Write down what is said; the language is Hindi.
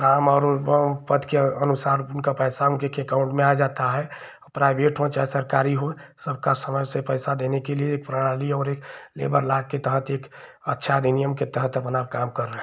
काम और पद के अनुसार उनका पैसा उनके एकाउण्ट में आ जाता है प्राइवेट हो चाहे सरकारी हो सबको समय से पैसा देने के लिए एक प्रणाली और एक लेबर लॉ के तहत एक अच्छे अधिनियम के तहत अपना काम कर रहे हैं